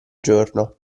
giorno